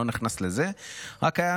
אני לא נכנס לזה.